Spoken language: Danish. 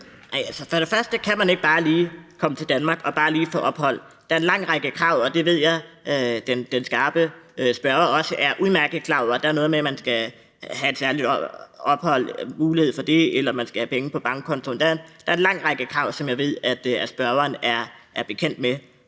for det første kan man ikke bare lige komme til Danmark og bare lige få ophold. Der er en lang række krav, og det ved jeg den skarpe spørger også er udmærket klar over. Der er noget med, at man skal have mulighed for et særligt ophold, eller man skal have penge på bankkontoen – der er en lang række krav, som jeg ved spørgeren er bekendt med.